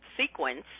sequence